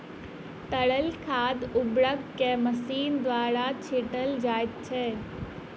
तरल खाद उर्वरक के मशीन द्वारा छीटल जाइत छै